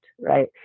Right